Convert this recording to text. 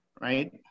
right